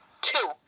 Two